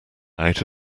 out